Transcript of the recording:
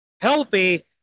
healthy